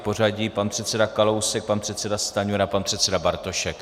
V pořadí pan předseda Kalousek, pan předseda Stanjura, pan předseda Bartošek.